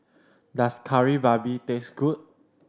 does Kari Babi taste good